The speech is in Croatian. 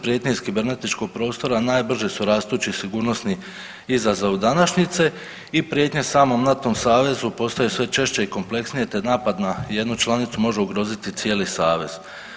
Prijetnja iz kibernetičkog prostora najbrže su rastući sigurnosni izazov današnjice i prijetnja samom NATO savezu postaje sve češća i kompleksnija te napad na jednu članicu može ugroziti cijeli savez.